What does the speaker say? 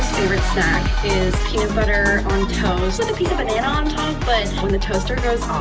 favorite snack is peanut butter on toast with a piece of banana on top. but when the toaster goes um